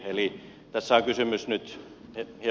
eli tässä on kysymys nyt ei